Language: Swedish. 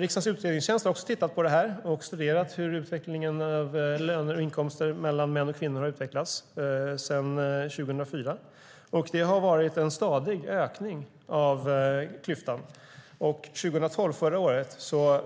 Riksdagens utredningstjänst har också tittat på det här och studerat hur löner och inkomster för män och kvinnor har utvecklats sedan 2004. Det har varit en stadig ökning av klyftan. År 2012, förra året,